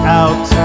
out